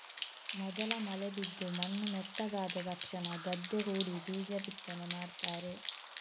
ಮೊದಲ ಮಳೆ ಬಿದ್ದು ಮಣ್ಣು ಮೆತ್ತಗಾದ ತಕ್ಷಣ ಗದ್ದೆ ಹೂಡಿ ಬೀಜ ಬಿತ್ತನೆ ಮಾಡ್ತಾರೆ